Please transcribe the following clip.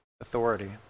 authority